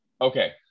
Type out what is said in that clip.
Okay